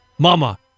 Mama